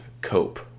cope